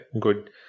good